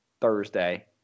Thursday